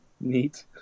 Neat